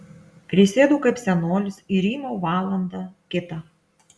prisėdu kaip senolis ir rymau valandą kitą